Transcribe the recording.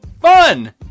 Fun